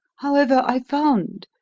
however, i found,